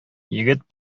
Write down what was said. егет